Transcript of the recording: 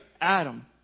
Adam